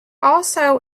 also